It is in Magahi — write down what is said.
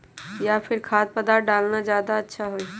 या फिर खाद्य पदार्थ डालना ज्यादा अच्छा होई?